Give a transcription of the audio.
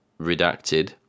redacted